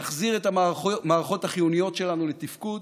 נחזיר את המערכות החיוניות שלנו לתפקוד,